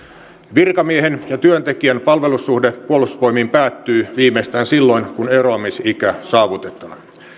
virkamiehen ja työntekijän palvelussuhde puolustusvoimiin päättyy viimeistään silloin kun eroamisikä saavutetaan